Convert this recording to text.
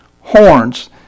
horns